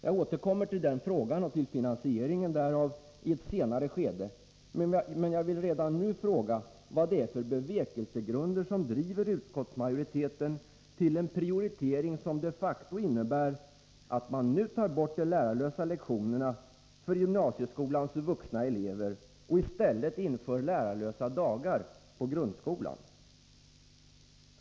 Jag återkommer till den frågan och till finansieringen därav i ett senare skede, men jag vill redan nu fråga vad det är för bevekelsegrunder som driver utskottsmajoriteten till en prioritering som de facto innebär att man nu tar bort de ”Ilärarlösa lektionerna” för gymnasieskolans vuxna elever och i stället inför ”lärarlösa dagar” i grundskolan.